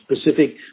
specific